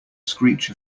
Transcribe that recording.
screech